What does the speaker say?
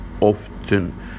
often